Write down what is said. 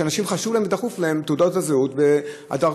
כשלאנשים חשוב ודחוף נושא תעודות הזהות והדרכונים.